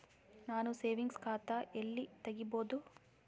ನಾನು ಸೇವಿಂಗ್ಸ್ ಖಾತಾ ಎಲ್ಲಿ ತಗಿಬೋದು?